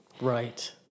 Right